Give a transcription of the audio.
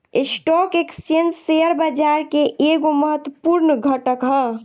stock exchange share बाजार के एगो महत्वपूर्ण घटक ह